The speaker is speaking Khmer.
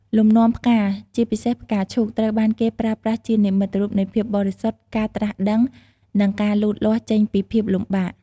លំនាំផ្កា ជាពិសេស ផ្កាឈូក ត្រូវបានគេប្រើប្រាស់ជានិមិត្តរូបនៃភាពបរិសុទ្ធ ការត្រាស់ដឹង និងការលូតលាស់ចេញពីភាពលំបាក។